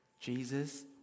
Jesus